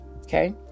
Okay